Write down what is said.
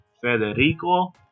Federico